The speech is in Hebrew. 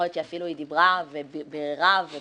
יכול להיות שהיא אפילו דיברה וביררה ופרסמה,